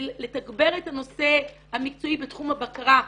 לתגבר את הנושא המקצועי בתחום הבקרה.